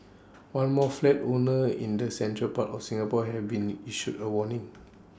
one more flat owner in the central part of Singapore has been issued A warning